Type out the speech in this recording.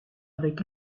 avec